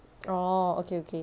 orh okay okay